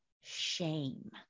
shame